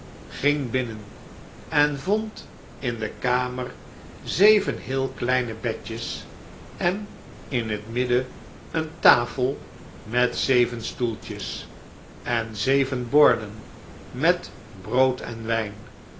ging binnen en vond in de kamer zeven heel kleine bedjes en in t midden eene tafel met zeven stoeltjes en zeven borden met brood en wijn